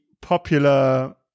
popular